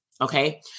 okay